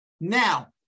Now